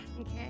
Okay